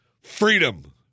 Freedom